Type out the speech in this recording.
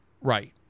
Right